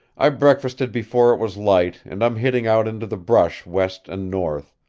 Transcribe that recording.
i breakfasted before it was light and i'm hitting out into the brush west and north,